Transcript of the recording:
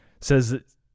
says